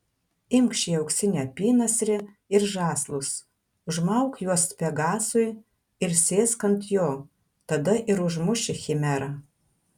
imk šį auksinį apynasrį ir žąslus užmauk juos pegasui ir sėsk ant jo tada ir užmuši chimerą